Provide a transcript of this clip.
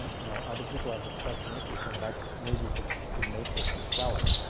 and you know other people have expressed an interest in it. i maybe could could make this and sell it.